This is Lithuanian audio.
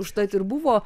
užtat ir buvo